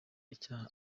icyaha